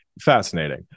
Fascinating